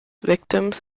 victims